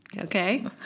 Okay